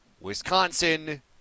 Wisconsin